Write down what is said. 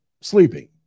sleeping